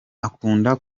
akunda